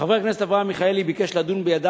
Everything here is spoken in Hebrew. חבר הכנסת אברהם מיכאלי ביקש לדון בידה